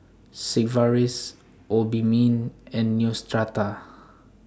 Sigvaris Obimin and Neostrata